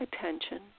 attention